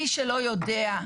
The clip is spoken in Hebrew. מי שלא יודע,